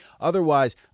Otherwise